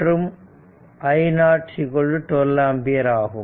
மற்றும் I0 12 ampere ஆகும்